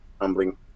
humbling